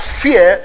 fear